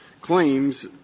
claims